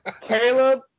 Caleb